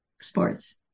sports